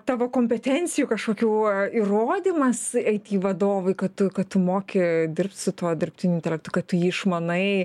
tavo kompetencijų kažkokių įrodymas aiti vadovui kad tu tu moki dirbt su tuo dirbtiniu intelektu kad tu jį išmanai